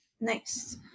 Nice